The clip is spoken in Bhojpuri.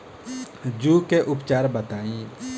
जूं के उपचार बताई?